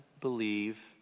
believe